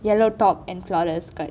yellow top and floral skirt